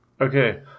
Okay